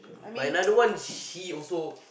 my another one she also